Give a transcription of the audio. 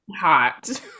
hot